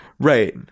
Right